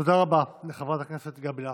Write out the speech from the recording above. תודה רבה לחברת הכנסת גבי לסקי.